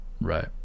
Right